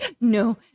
No